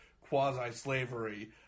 quasi-slavery